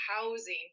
housing